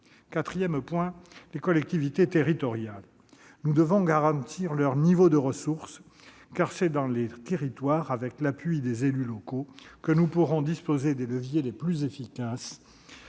Quatrième point : les collectivités territoriales. Nous devons garantir le niveau de ressources de celles-ci, car c'est dans les territoires, avec l'appui des élus locaux, que nous pourrons disposer des leviers les plus efficaces